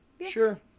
Sure